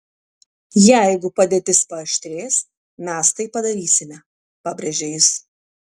jeigu padėtis paaštrės mes tai padarysime pabrėžė jis